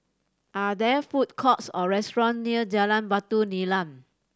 are there food courts or restaurant near Jalan Batu Nilam